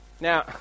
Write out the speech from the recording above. Now